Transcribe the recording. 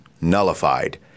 nullified